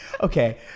Okay